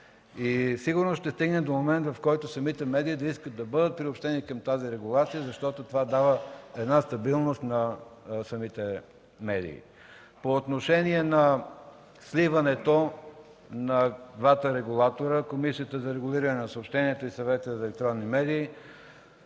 Сигурно ще се стигне до момент, в който самите медии да искат да бъдат приобщени към тази регулация, защото това дава стабилност на самите медии. По отношение на сливането на двата регулатора – Комисията за регулиране на съобщенията, и Съвета за електронни медии.